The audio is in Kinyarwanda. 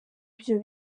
ibyo